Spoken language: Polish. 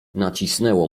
nacisnęło